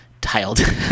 tiled